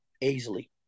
easily